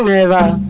era